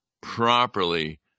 properly